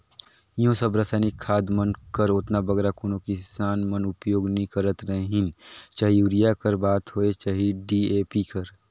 इहों सब रसइनिक खाद मन कर ओतना बगरा कोनो किसान मन उपियोग नी करत रहिन चहे यूरिया कर बात होए चहे डी.ए.पी कर